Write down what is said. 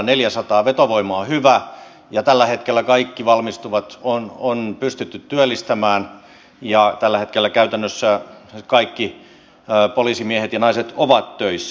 vetovoima on hyvä ja tällä hetkellä kaikki valmistuvat on pystytty työllistämään ja tällä hetkellä käytännössä kaikki poliisimiehet ja naiset ovat töissä